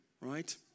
right